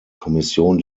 kommission